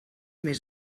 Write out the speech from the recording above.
més